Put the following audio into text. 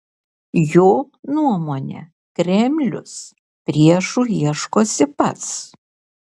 jo nuomone kremlius priešų ieškosi pats